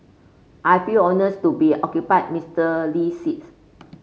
I feel honours to be occupy Mister Lee's seats